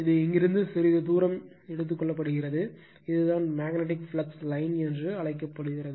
இது இங்கிருந்து சிறிது தூரம் எடுக்கப்படுகிறது இதுதான் மேக்னட்டிக் ஃப்ளக்ஸ் லைன் என்று அழைக்கப்படுகிறது